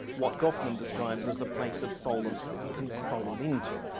what goffman describes as a place of solace that you can crawl into.